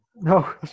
No